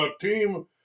team